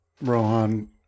Rohan